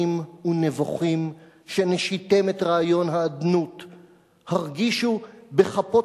ונבוכים! שנשיתם את רעיון האדנות,/ הרגישו בכפות